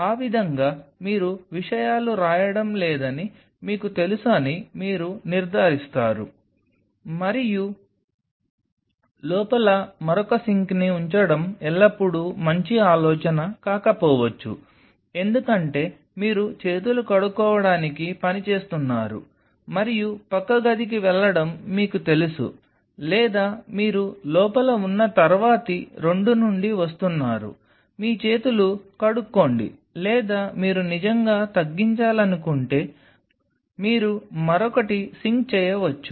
ఆ విధంగా మీరు విషయాలు వ్రాయడం లేదని మీకు తెలుసని మీరు నిర్ధారిస్తారు మరియు లోపల మరొక సింక్ని ఉంచడం ఎల్లప్పుడూ మంచి ఆలోచన కాకపోవచ్చు ఎందుకంటే మీరు చేతులు కడుక్కోవడానికి పని చేస్తున్నారు మరియు పక్క గదికి వెళ్లడం మీకు తెలుసు లేదా మీరు లోపల ఉన్న తర్వాతి రెండు నుండి వస్తున్నారు మీ చేతులు కడుక్కోండి లేదా మీరు నిజంగా తగ్గించాలనుకుంటే మీరు మరొకటి సింక్ చేయవచ్చు